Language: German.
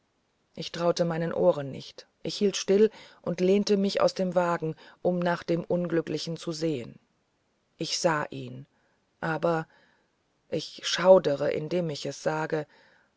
ich traute meinen ohren nicht ich hielt still und lehnte mich aus dem wagen um nach dem unglücklichen zu sehen ich sah ihn aber ich schaudere indem ich's sage